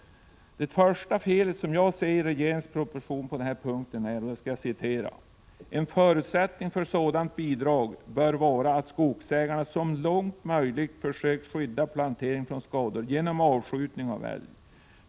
Det största felet i regeringens proposition på den här punkten är följande: ”En förutsättning för sådant bidrag bör vara att skogsägaren så långt möjligt försökt skydda planteringen från skador genom avskjutning av älg.